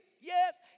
Yes